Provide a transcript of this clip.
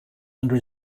under